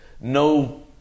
no